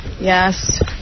Yes